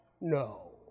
no